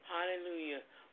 Hallelujah